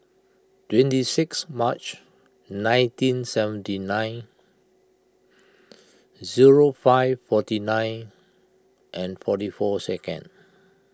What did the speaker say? twenty six March nineteen seventy nine zero five forty nine and forty four second